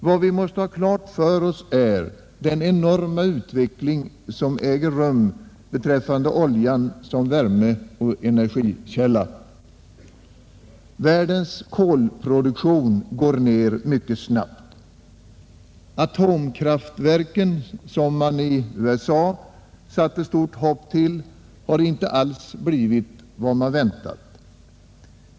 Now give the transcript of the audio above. Vad vi måste ha klart för oss är den enorma utveckling som äger rum beträffande oljan som värmeoch energikälla. Världens kolproduktion går ner mycket snabbt. Atomkraftverken, som man i USA satte stort hopp till, har inte alls blivit vad man väntade.